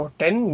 ten